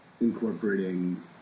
incorporating